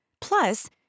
Plus